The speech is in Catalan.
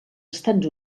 estats